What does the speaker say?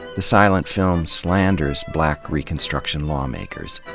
the silent film slanders black reconstruction lawmakers.